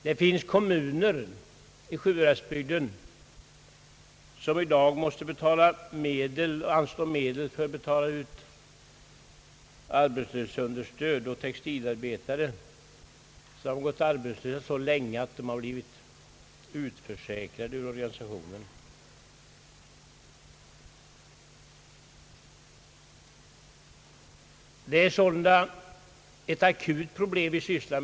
Det finns kommuner i Sjuhäradsbygden, som i dag måste anslå medel för utbetalning av arbetslöshetsunderstöd åt textilarbetare som gått arbetslösa så länge att de blivit »utförsäkrade» ur organisationen. Det är alltså ett akut problem vi behandlar.